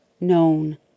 known